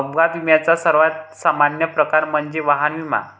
अपघात विम्याचा सर्वात सामान्य प्रकार म्हणजे वाहन विमा